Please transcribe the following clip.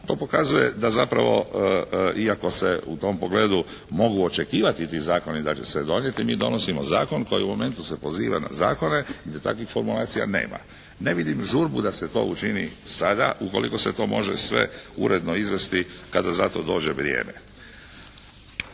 To pokazuje da zapravo iako se u tom pogledu mogu očekivati ti zakoni da će se donijeti mi donosimo zakon koji u momentu se poziva na zakone i gdje takvih formulacija nema. Ne vidim žurbu da se to učini sada ukoliko se to može sve uredno izvesti kada za to dođe vrijeme.